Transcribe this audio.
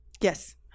Yes